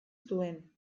zuen